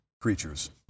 creatures